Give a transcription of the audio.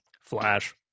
Flash